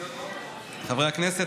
חברי הכנסת,